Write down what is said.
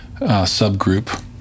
subgroup